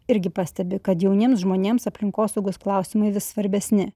irgi pastebi kad jauniems žmonėms aplinkosaugos klausimai vis svarbesni